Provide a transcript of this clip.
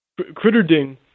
Critterding